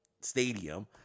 stadium